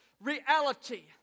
reality